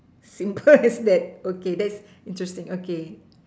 simple as that okay that's interesting okay